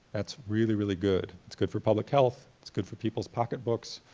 that's really really good. it's good for public health, it's good for people's pocketbooks,